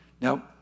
Now